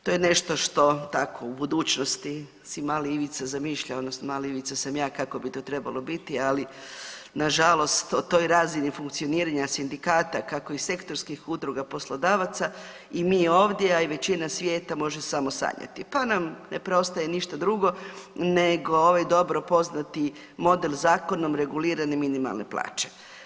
To je nešto što tako u budućnosti si mali Ivica zamišlja odnosno mali Ivica sam ja kako bi to trebalo biti, ali nažalost o toj razini funkcioniranja sindikata kako i sektorskih udruga poslodavaca i mi ovdje, a i većina svijeta može samo sanjati, pa nam ne preostaje ništa drugo nego ovaj dobro poznati model zakonom regulirani minimalne plaće.